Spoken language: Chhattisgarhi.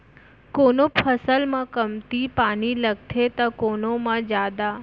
कोनो फसल म कमती पानी लगथे त कोनो म जादा